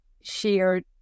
shared